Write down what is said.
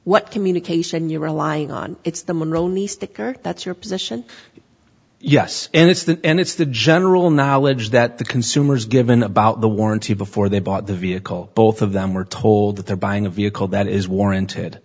what communication you're relying on it's the monroe nice ticker that's your position yes and it's the end it's the general knowledge that the consumers given about the warranty before they bought the vehicle both of them were told that they're buying a vehicle that is warranted